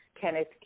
Kenneth